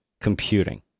Computing